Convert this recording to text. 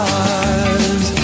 eyes